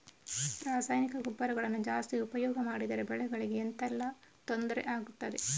ರಾಸಾಯನಿಕ ಗೊಬ್ಬರಗಳನ್ನು ಜಾಸ್ತಿ ಉಪಯೋಗ ಮಾಡಿದರೆ ಬೆಳೆಗಳಿಗೆ ಎಂತ ಎಲ್ಲಾ ತೊಂದ್ರೆ ಆಗ್ತದೆ?